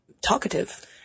talkative